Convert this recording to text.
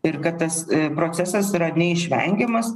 ir kad tas procesas yra neišvengiamas